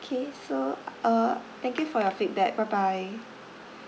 K so uh thank you for your feedback bye bye